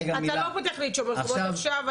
אתה לא פותח לי את שומר חומות עכשיו.